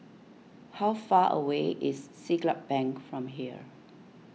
how far away is Siglap Bank from here